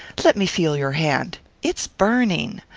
let me feel your hand it's burning.